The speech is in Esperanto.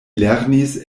lernis